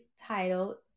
title